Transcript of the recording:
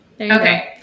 Okay